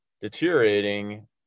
deteriorating